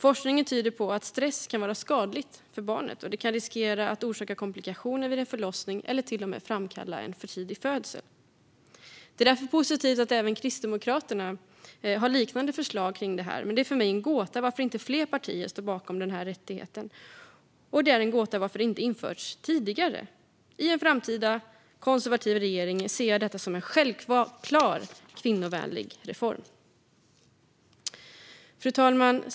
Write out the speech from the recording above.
Forskningen tycks visa att stress kan vara skadligt för barnet, och det kan riskera att orsaka komplikationer vid en förlossning eller till och med framkalla en för tidig födsel. Det är därför positivt att även Kristdemokraterna har liknande förslag om detta. Men det är för mig en gåta varför inte fler partier står bakom denna rättighet, och det är en gåta varför det inte införts tidigare. I en framtida konservativ regering ser jag detta som en självklar kvinnovänlig reform. Fru talman!